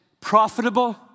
profitable